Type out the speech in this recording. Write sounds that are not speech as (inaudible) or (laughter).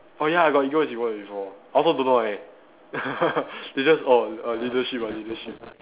oh ya I got eagles award before I also don't know why (laughs) they just orh err leadership ah leadership